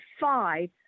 five